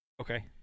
Okay